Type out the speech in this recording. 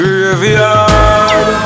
Graveyard